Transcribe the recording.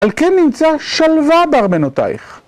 על כן נמצא שלווה בארמונותייך.